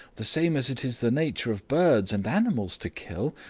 the same as it is the nature of birds and animals to kill,